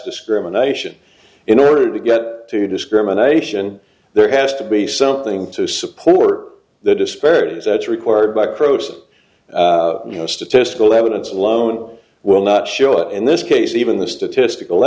discrimination in order to get to discrimination there has to be something to support the disparities that's required by approach you know statistical evidence alone will not show in this case even the statistical